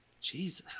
Jesus